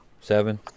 Seven